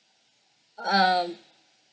um